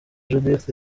judith